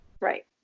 Right